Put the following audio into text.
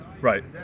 Right